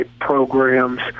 programs